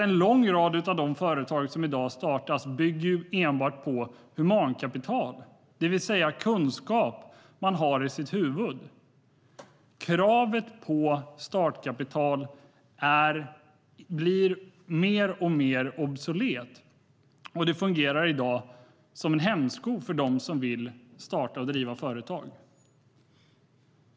En lång rad av de företag som i dag startas bygger enbart på humankapital, det vill säga kunskap man har i sitt huvud. Kravet på startkapital blir mer och mer obsolet, och det fungerar i dag som en hämsko för dem som vill starta och driva företag.